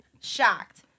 shocked